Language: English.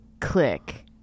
Click